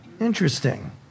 interesting